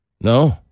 No